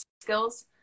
skills